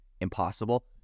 impossible